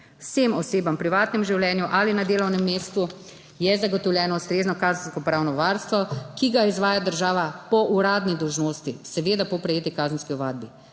Vsem osebam v privatnem življenju ali na delovnem mestu je zagotovljeno ustrezno kazenskopravno varstvo, ki ga izvaja država po uradni dolžnosti, seveda po prejeti kazenski ovadbi.